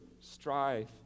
strife